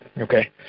Okay